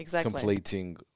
completing